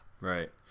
Right